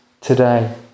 today